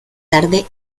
tarde